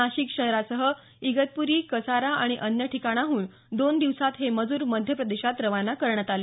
नाशिक शहरासह इगतपूरी कसारा आणि अन्य ठिकाणाहून दोन दिवसांत हे मजूर मध्यप्रदेशात रवाना करण्यात आले